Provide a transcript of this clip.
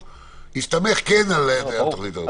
זה יהיה כפוף לנתוני התחלואה.